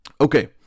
Okay